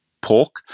pork